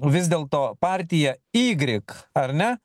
vis dėlto partija ygrik ar ne